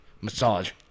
Massage